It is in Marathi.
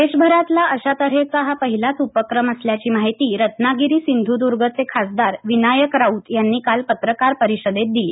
देशभरातला अशा तऱ्हेचा हा पहिलाच उपक्रम असल्याची माहिती रत्नागिरी सिंधूर्दर्गचे खासदार विनायक राऊत यांनी काल पत्रकार परिषदेत दिली